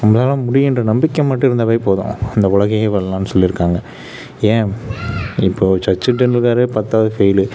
உங்களால் முடியுன்ற நம்பிக்கை மட்டும் இருந்தாவே போதும் இந்த உலகையே வெல்லலாம்னு சொல்லியிருக்காங்க ஏன் இப்போது சச்சின் டெண்டுல்கரே பத்தாவது ஃபெயில்